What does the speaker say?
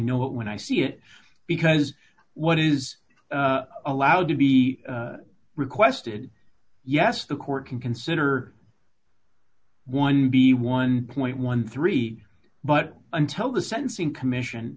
know what when i see it because what is allowed to be requested yes the court can consider one b one point one three but until the sentencing commission